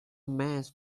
maze